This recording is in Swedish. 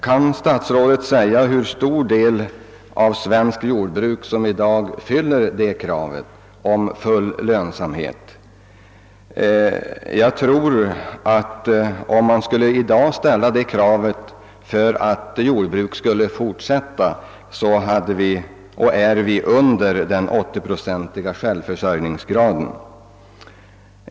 Kan statsrådet tala om hur stor del av svenskt jordbruk som i dag fyller detta krav på full lönsamhet? Om vi i dag skulle sätta detta villkor för att jordbruk skulle kunna fortsätta, vore vi säkerligen långt under den 80-procentiga försörjningsgrad som riksdagen i våras beslutade som minimiproduktion.